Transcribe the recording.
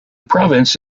province